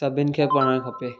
सभिनि खे पढ़णु खपे